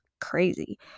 crazy